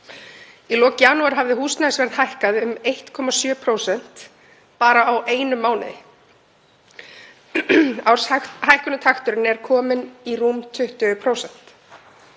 Í lok janúar hafði húsnæðisverð hækkað um 1,7% bara á einum mánuði. Árshækkunartakturinn er kominn í rúm 20%.